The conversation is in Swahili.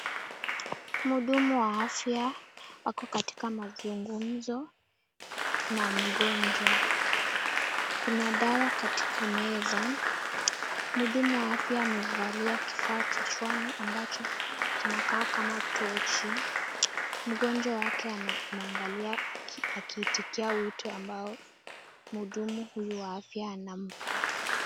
Mhudumu wa afya ako katika mazungumzo na mgonjwa. Kuna dawa katika meza. Mhudumu wa afya amevalia kifaa kichwani ambacho kinakaa kama tochi. Mgonjwa wake anamwangalia akiitikia wito ambao mhudumu huyu wa afya anampa.